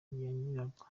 nyirabwo